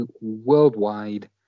worldwide